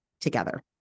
together